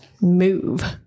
move